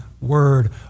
word